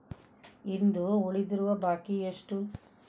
ಇಂದು ಉಳಿದಿರುವ ಬಾಕಿ ಎಷ್ಟು?